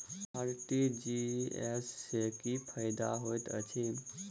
RTGS सँ की फायदा होइत अछि?